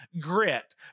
grit